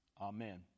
Amen